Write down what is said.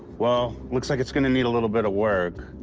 well, looks like it's going to need a little bit of work.